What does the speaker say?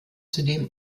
zudem